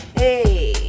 hey